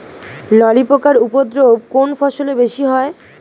ললি পোকার উপদ্রব কোন ফসলে বেশি হয়?